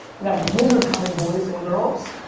we got a blizzard coming boys and girls.